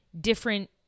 different